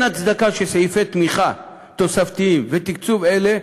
אין הצדקה שסעיפי תמיכה תוספתיים ותקצוב אלה,